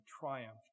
triumphed